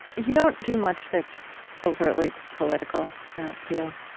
you don't do much that's overtly political, i don't feel.